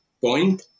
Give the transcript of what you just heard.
point